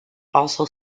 also